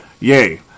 Yay